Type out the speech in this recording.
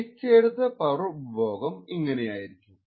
trace ചെയ്തെടുത്ത power ഉപഭോഗം ഇങ്ങനെയായിരിക്കും